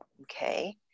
okay